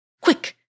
Quick